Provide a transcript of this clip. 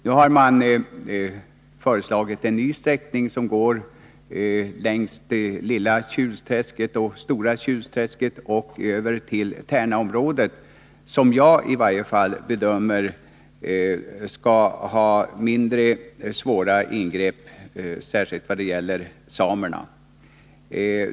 Nu har man föreslagit en ny sträckning, som går längs Lilla Tjulträsket och Stora Tjulträsket över till Tärnaområdet, och i varje fall jag bedömer att den sträckningen inte medför lika svåra ingrepp särskilt vad det gäller samerna.